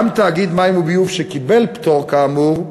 גם תאגיד מים וביוב שקיבל פטור כאמור,